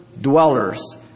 dwellers